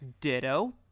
ditto